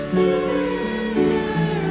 surrender